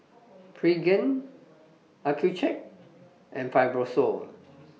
Pregain Accucheck and Fibrosol